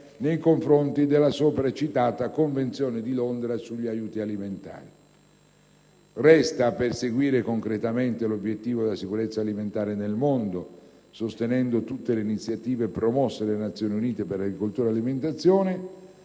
nei confronti della sopra citata Convenzione di Londra sugli aiuti alimentari; a perseguire concretamente l'obiettivo della sicurezza alimentare nel mondo, sostenendo tutte le iniziative promosse dalle Nazioni unite per l'agricoltura e l'alimentazione;